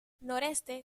noreste